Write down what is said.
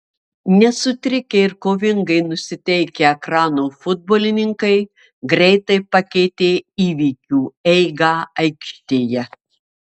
nesutrikę ir kovingai nusiteikę ekrano futbolininkai greitai pakeitė įvykių eigą aikštėje